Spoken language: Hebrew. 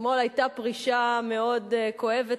אתמול היתה פרישה מאוד כואבת,